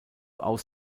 aus